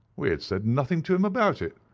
we had said nothing to him about it,